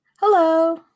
Hello